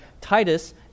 Titus